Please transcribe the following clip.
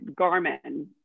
Garmin